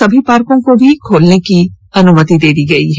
सभी पार्कों को भी खोलने की अनुमति दे दी गई है